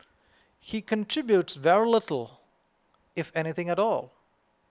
he contributes very little if anything at all